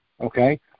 okay